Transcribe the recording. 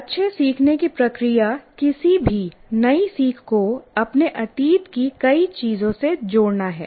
अच्छे सीखने की प्रक्रिया किसी भी नई सीख को अपने अतीत की कई चीजों से जोड़ना है